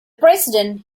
president